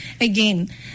again